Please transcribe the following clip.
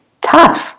tough